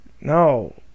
No